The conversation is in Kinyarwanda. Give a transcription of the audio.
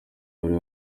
wari